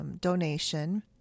donation